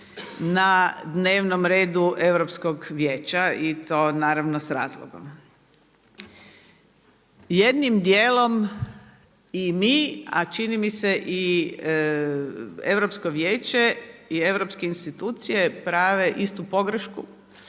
na dnevnom redu Europskog vijeća i to naravno sa razlogom. Jednim dijelom i mi, a čini mi se i Europsko vijeće i europske institucije prave istu pogrešku,